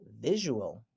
visual